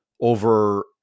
over